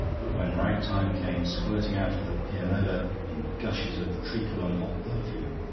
but when ragtime came squirting out of the pianola in gushes of treacle and hot perfume,